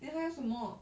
then 她要什么